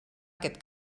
aquest